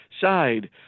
side